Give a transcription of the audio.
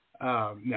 No